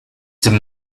tym